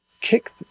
kick